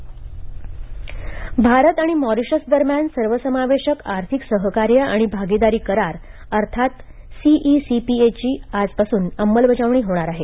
Bharat Mauritius Bharat आणि Mauritius दरम्यान सर्वसमावेशक आर्थिक सहकार्य आणि भागीदारी करार अर्थात सीईसीपीए ची आजपासून अंमलबजावणी होणार आहे